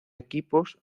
equipos